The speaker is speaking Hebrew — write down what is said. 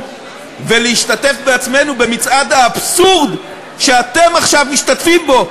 ולהשתתף בעצמנו במצעד האבסורד שאתם עכשיו משתתפים בו.